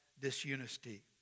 disunity